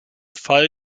fall